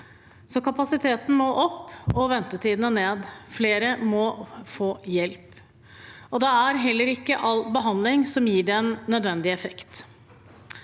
Kapasiteten må derfor opp og ventetidene ned. Flere må få hjelp. Det er heller ikke all behandling som gir den nødvendige effekt.